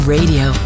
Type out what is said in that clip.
Radio